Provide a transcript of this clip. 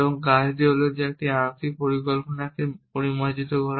এবং কাজটি হল একটি আংশিক পরিকল্পনাকে পরিমার্জন করা